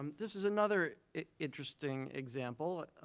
um this is another interesting example.